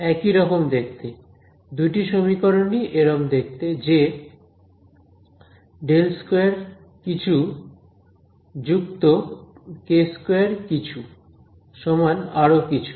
একই রকম দেখতে দুটি সমীকরণ ই এরম দেখতে যে ∇2 কিছু যুক্ত k2 কিছু সমান আরো কিছু